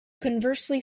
conversely